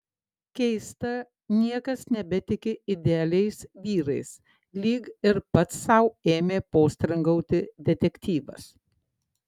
keista niekas nebetiki idealiais vyrais lyg ir pats sau ėmė postringauti detektyvas